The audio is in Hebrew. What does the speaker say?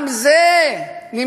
גם זה נמצא